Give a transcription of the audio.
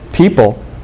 People